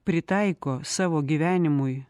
pritaiko savo gyvenimui